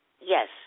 yes